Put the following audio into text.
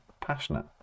passionate